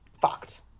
fucked